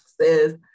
says